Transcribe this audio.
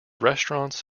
restaurants